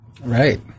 Right